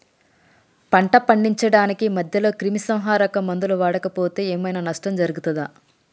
పంట పండించడానికి మధ్యలో క్రిమిసంహరక మందులు వాడకపోతే ఏం ఐనా నష్టం జరుగుతదా?